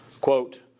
Quote